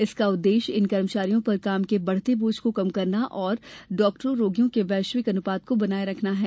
इसका उद्देश्य इन कर्मचारियों पर काम के बढ़ते बोझ को कम करना और चिकित्सकों रोगियों के वैश्विक अनुपात को बनाए रखना है